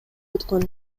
өткөн